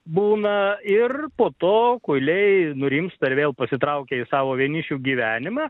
būna ir po to kuiliai nurimsta ir vėl pasitraukia į savo vienišių gyvenimą